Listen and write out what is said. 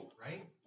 right